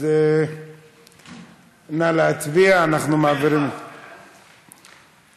אז נא להצביע, אנחנו מעבירים, פה אחד.